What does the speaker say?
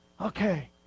Okay